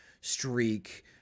streak